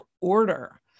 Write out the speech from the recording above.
order